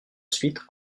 suite